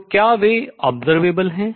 तो क्या वे observable प्रेक्षणीय हैं